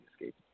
Escape